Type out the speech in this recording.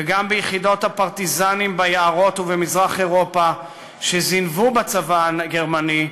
וגם ביחידות הפרטיזנים ביערות ובמזרח אירופה שזינבו בצבא הגרמני,